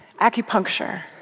acupuncture